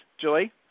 Julie